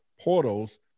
portals